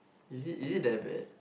is it is it that bad